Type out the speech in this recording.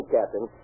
Captain